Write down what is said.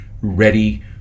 ready